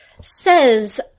says